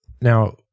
now